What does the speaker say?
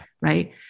Right